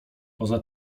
poza